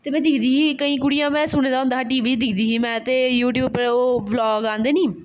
ते में दिखदी ही केईं कुड़ियां में सुने दा होंदा हा टी बी च दिखदी ही में ते यूटयूब पर ओह् ब्लाग औंदे नी